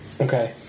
Okay